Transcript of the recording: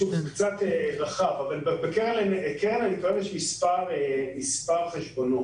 בקרן הניקיון יש מספר חשבונות.